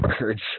words